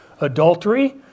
adultery